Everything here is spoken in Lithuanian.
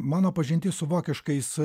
mano pažintis su vokiškais